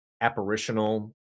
apparitional